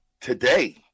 today